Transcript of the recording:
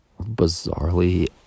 bizarrely